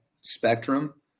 spectrum